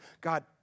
God